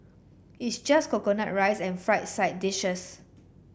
it's just coconut rice and fried side dishes